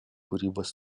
kūrybos